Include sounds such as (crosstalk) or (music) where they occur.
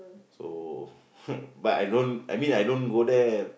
so (laughs) but I don't I mean I don't go there